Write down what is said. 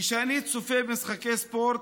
כשאני צופה במשחקי ספורט,